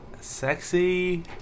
Sexy